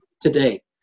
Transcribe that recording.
today